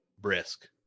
brisk